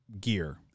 gear